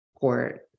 Port